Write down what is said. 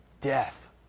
Death